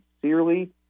sincerely